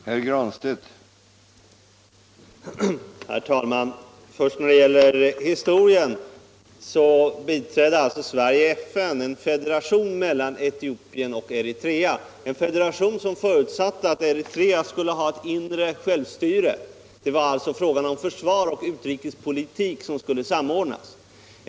Herr talman! Vad gäller historieskrivningen så biträdde Sverige i FN en federation mellan Etiopien och Eritrea. Den federationen förutsatte att Eritrea skulle ha ett indirekt självstyre. Det var försvaret och utrikespolitiken som skulle samordnas.